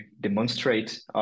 demonstrate